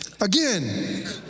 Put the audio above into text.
Again